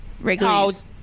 Wrigley's